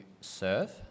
serve